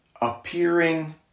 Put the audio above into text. appearing